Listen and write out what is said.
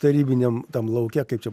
tarybiniam tam lauke kaip čia